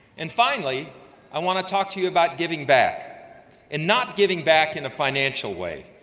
and finally i want to talk to you about giving back and not giving back in a financial way,